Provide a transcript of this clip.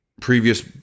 previous